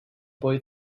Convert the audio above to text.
boy